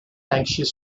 anxious